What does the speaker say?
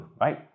right